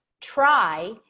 try